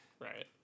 Right